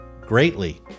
greatly